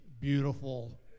beautiful